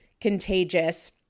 contagious